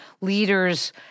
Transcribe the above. leaders